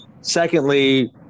secondly